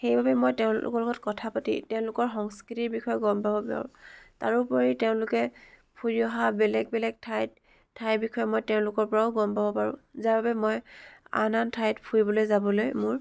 সেইবাবে মই তেওঁলোকৰ লগত কথা পাতি তেওঁলোকৰ সংস্কৃতিৰ বিষয়ে গম পাব পাৰোঁ তাৰোপৰি তেওঁলোকে ফুৰি অহা বেলেগ বেলেগ ঠাইত ঠাইৰ বিষয়ে মই তেওঁলোকৰ পৰাও গম পাব পাৰোঁ যাৰ বাবে মই আন আন ঠাইত ফুৰিবলৈ যাবলৈ মোৰ